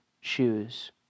Shoes